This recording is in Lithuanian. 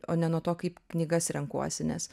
o ne nuo to kaip knygas renkuosi nes